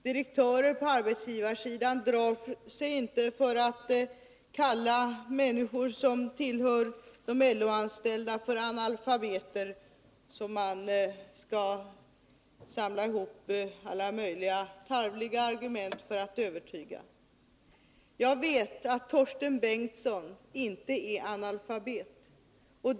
Direktörer på arbetsgivarsidan drar sig inte för att kalla människor som tillhör de LO-anslutna analfabeter som man måste samla ihop alla möjliga argument för att övertyga. Jag vet att Torsten Bengtson inte är analfabet.